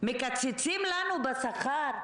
מקצצים לנו בשכר?